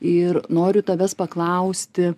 ir noriu tavęs paklausti